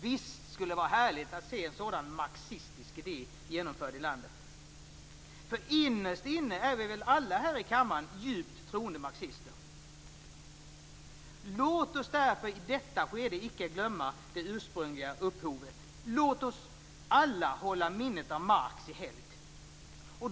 Visst skulle det vara härligt att se en sådan marxistisk idé genomförd i landet, för innerst inne är vi väl alla här i kammaren djupt troende marxister. Låt oss därför i detta skede icke glömma det ursprungliga upphovet. Låt oss alla hålla minnet av Marx i helgd.